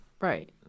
right